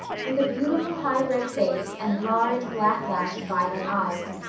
with a beautiful, highbred face and large, black-lashed violet eyes,